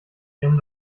ihrem